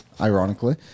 ironically